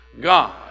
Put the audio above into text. God